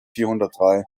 vierhundertdrei